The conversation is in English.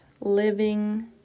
living